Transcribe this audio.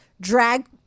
Drag